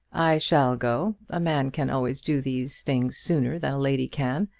i shall go. a man can always do these things sooner than a lady can.